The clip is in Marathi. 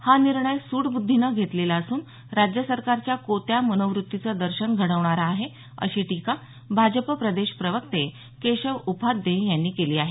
हा निर्णय सूडबुद्धीनं घेतलेला असून राज्य सरकारच्या कोत्या मनोवृत्तीचं दर्शन घडवणारा आहे अशी टीका भाजप प्रदेश प्रवक्ते केशव उपाध्ये यांनी केली आहे